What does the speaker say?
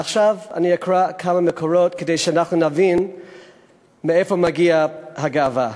עכשיו אני אקרא כמה מקורות כדי שאנחנו נבין מאיפה מגיעה הגאווה.